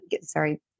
sorry